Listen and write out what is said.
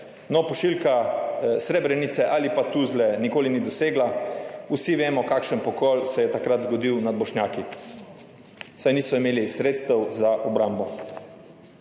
No, pošiljka Srebrenice ali pa Tuzle nikoli ni dosegla. Vsi vemo, kakšen pokol se je takrat zgodil nad Bošnjaki, saj niso imeli sredstev za obrambo.